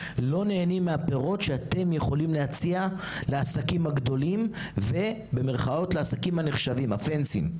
לא נהנים מהפירות שאתם יכולים להציע לעסקים הגדולים ולעסקים "הנחשבים",